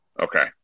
Okay